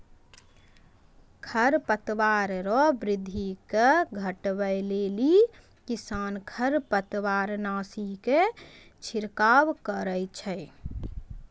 खरपतवार रो वृद्धि के घटबै लेली किसान खरपतवारनाशी के छिड़काव करै छै